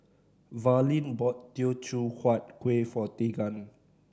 Verlene bought Teochew Huat Kuih for Teagan